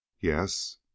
yes